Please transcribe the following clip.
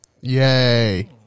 Yay